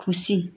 खुसी